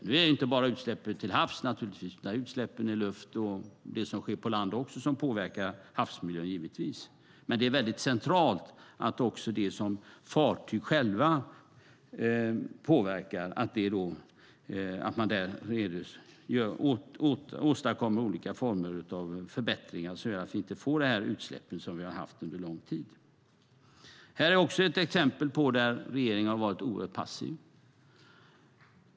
Det gäller förstås inte bara utsläppen till havs, utan utsläppen i luft och på land påverkar också havsmiljön. Det är centralt att man gör olika former av förbättringar beträffande fartygens påverkan så att vi inte får de utsläpp som vi haft under lång tid. Också det är ett exempel på ett område där regeringen varit oerhört passiv.